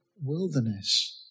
wilderness